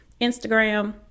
Instagram